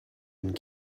and